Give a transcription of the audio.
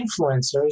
influencers